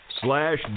slash